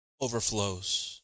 overflows